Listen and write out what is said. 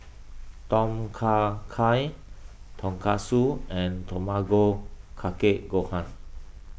Tom Kha Gai Tonkatsu and Tamago Kake Gohan